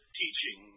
teaching